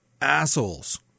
assholes